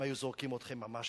הם היו זורקים אתכם ממש